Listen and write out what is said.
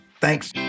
Thanks